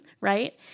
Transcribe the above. Right